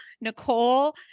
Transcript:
Nicole